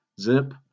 zip